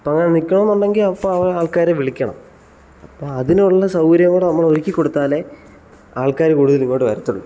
അപ്പം അവിടെ നിൽക്കണമെന്നുണ്ടെങ്കിൽ ഇപ്പം ആൾക്കാരെ വിളിക്കണം അപ്പം അതിനുള്ള സൗകര്യം കൂടി നമ്മൾ ഒരുക്കി കൊടുത്താലേ ആൾക്കാർ കൂടുതൽ ഇവിടെ വരത്തുള്ളൂ